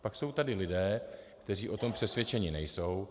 Pak jsou tady lidé, kteří o tom přesvědčeni nejsou.